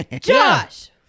Josh